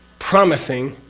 promising,